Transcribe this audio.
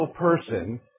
person